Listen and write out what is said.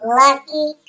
lucky